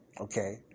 Okay